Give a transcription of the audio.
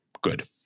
good